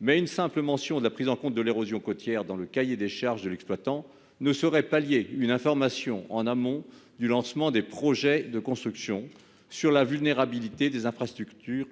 Mais une simple mention de la prise en compte de l'érosion côtière dans le cahier des charges de l'exploitant ne saurait pallier une information en amont du lancement des projets de construction sur la vulnérabilité des infrastructures